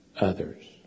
others